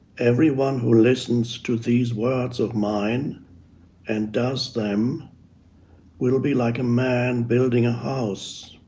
everyone who listens to these words of mine and does them will be like a man building a house